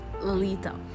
lalita